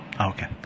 okay